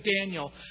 Daniel